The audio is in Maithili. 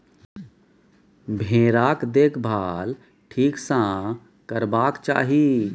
भेराक देखभाल ठीक सँ करबाक चाही